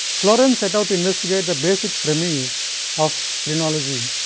flourens set out to investigate the basic premise of phrenology,